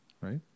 right